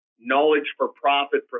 knowledge-for-profit